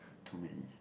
too many